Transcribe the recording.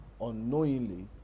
unknowingly